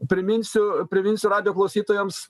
priminsiu priminsiu radijo klausytojams